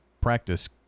practice